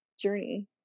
journey